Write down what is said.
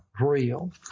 real